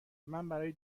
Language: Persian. برای